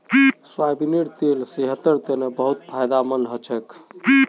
सोयाबीनेर तेल सेहतेर तने बहुत फायदामंद हछेक